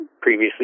previously